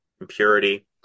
impurity